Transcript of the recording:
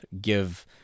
give